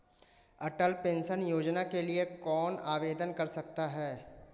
अटल pension Yojana के लिए कौन आवेदन कर सकता है?